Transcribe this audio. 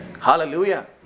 hallelujah